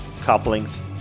couplings